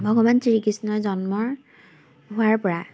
ভগৱান শ্ৰীকৃষ্ণৰ জন্মৰ হোৱাৰপৰা